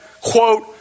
quote